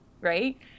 Right